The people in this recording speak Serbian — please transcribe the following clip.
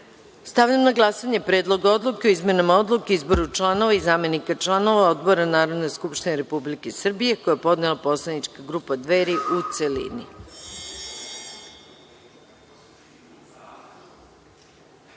odluke. Stavljam na glasanje Predlog odluke o izmenama Odluke o izboru članova i zamenika članova odbora Narodne skupštine Republike Srbije, koji je podnela poslanička grupa Dver, u celini. Molim